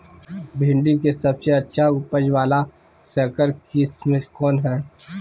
भिंडी के सबसे अच्छा उपज वाला संकर किस्म कौन है?